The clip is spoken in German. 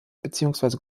beziehungsweise